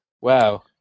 Wow